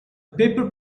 paper